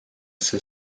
see